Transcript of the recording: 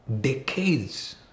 decades